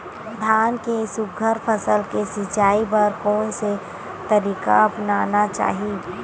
धान के सुघ्घर फसल के सिचाई बर कोन से तरीका अपनाना चाहि?